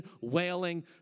wailing